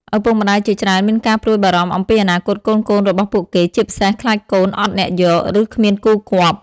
ឪពុកម្តាយជាច្រើនមានការព្រួយបារម្ភអំពីអនាគតកូនៗរបស់ពួកគេ ជាពិសេសខ្លាចកូន អត់អ្នកយក ឬ គ្មានគូគាប់ ។